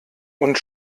und